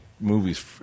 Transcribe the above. movies